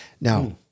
Now